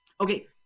Okay